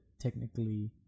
technically